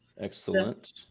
excellent